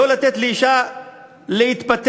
לא לתת לאישה להתפתח,